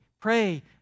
Pray